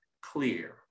clear